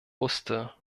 wusste